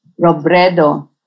Robredo